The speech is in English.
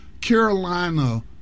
Carolina